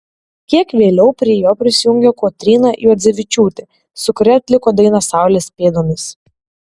kiek vėliau prie jo prisijungė kotryna juodzevičiūtė su kuria atliko dainą saulės pėdomis